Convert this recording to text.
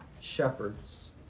shepherds